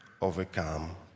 overcome